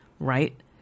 right